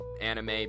anime